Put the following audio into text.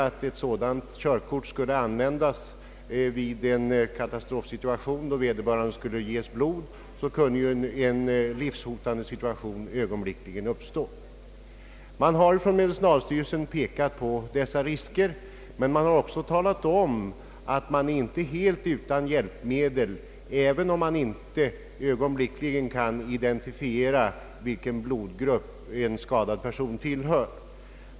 Detta kan i en katastrofsituation innebära risk för vederbörandes liv, om man skulle behöva se honom blod. Man har i medicinalstyrelsen pekat på dessa risker, men man har också talat om att man inte är helt utan hjälpmedel även om man inte ögonblickligen kan fastställa vilken blodgrupp en skadad person tillhör.